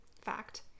fact